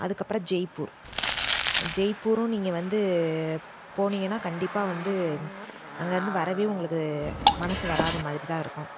அதுக்கப்புறம் ஜெய்பூர் ஜெய்பூரும் நீங்கள் வந்து போனீங்கன்னால் கண்டிப்பாக வந்து அங்கிருந்து வரவே உங்களுக்கு மனசு வராத மாதிரி தான் இருக்கும்